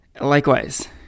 Likewise